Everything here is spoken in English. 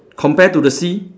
compare to the sea